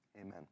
amen